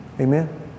Amen